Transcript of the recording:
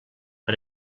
per